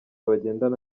bagendana